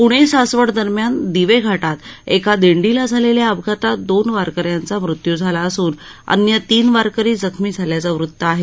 प्णे सासवड दरम्यान दिवेघाटात एका दिंडीला झालेल्या अपघातात दोन वारकऱ्यांचा मृत्यू झाला असून अन्य तीन वारकरी जखमी झाल्याचं वृत्त आहे